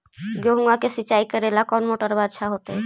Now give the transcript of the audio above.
गेहुआ के सिंचाई करेला कौन मोटरबा अच्छा होतई?